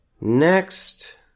next